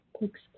takes